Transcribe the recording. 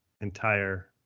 entire